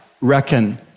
Reckon